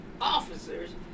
officers